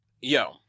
Yo